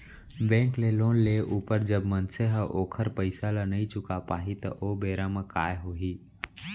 bank ले loan लेय ऊपर जब मनसे ह ओखर पइसा ल नइ चुका पाही त ओ बेरा म काय होही